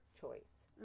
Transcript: choice